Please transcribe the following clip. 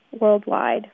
worldwide